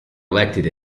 elected